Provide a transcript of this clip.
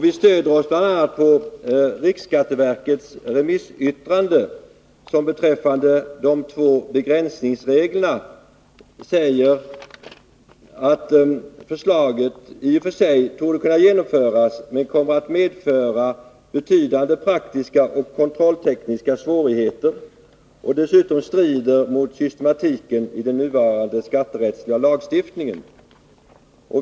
Vi stöder oss bl.a. på riksskatteverkets remissyttrande, som beträffande de två begränsningsreglerna säger att förslaget i och för sig torde kunna genomföras men torde komma att medföra betydande praktiska och kontrolltekniska svårigheter och dessutom strider mot systematiken i den nuvarande skatterättsliga lagstiftningen.